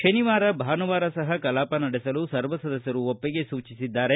ಶನಿವಾರ ಭಾನುವಾರ ಸಹ ಕಲಾಪ ನಡೆಸಲು ಸರ್ವಸದಸ್ಯರು ಒಪ್ಪಿಗೆ ಸೂಚಿಸಿದ್ದಾರೆ